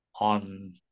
on